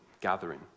gathering